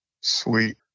Sweet